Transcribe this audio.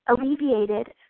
alleviated